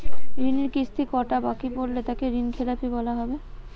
ঋণের কিস্তি কটা বাকি পড়লে তাকে ঋণখেলাপি বলা হবে?